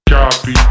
Copy